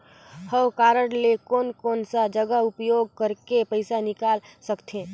हव कारड ले कोन कोन सा जगह उपयोग करेके पइसा निकाल सकथे?